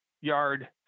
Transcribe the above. yard